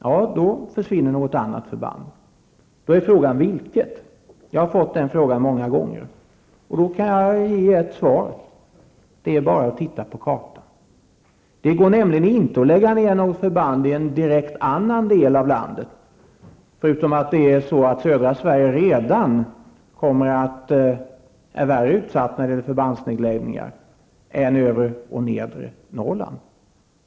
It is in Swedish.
Ja, då försvinner något annat förband. Då är frågan vilket. Jag har fått denna fråga många gånger och jag kan svara så här: Det är bara att titta på kartan. Det går nämligen inte att lägga ned något förband i en helt annan del av landet, för södra Sverige kommer redan att vara värre utsatt när det gäller förbandsnedläggningar än övre och nedre Norrland.